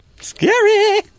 Scary